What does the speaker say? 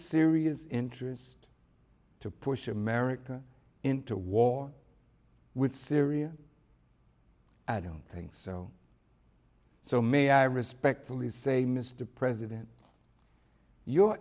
syria's interest to push america into war with syria i don't think so so may i respectfully say mr president you